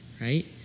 right